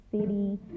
city